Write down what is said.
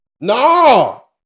No